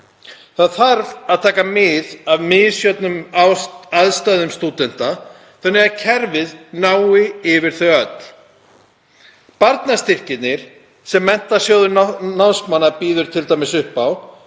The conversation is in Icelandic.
Það þarf að taka mið af misjöfnum aðstæðum stúdenta þannig að kerfið nái yfir þau öll. Barnastyrkirnir sem Menntasjóður námsmanna býður t.d. upp á